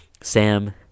Sam